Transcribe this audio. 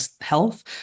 health